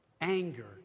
Anger